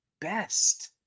best